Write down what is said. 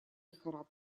лихорадка